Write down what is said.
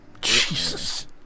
Jesus